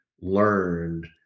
learned